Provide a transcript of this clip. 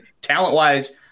talent-wise